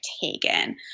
taken